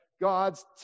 God's